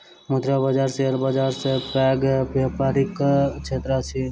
मुद्रा बाजार शेयर बाजार सॅ पैघ व्यापारक क्षेत्र अछि